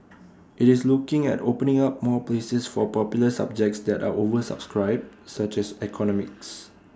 IT is looking at opening up more places for popular subjects that are oversubscribed such as economics